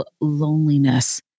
loneliness